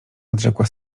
odrzekła